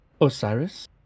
Osiris